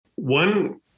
One